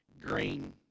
green